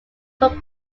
took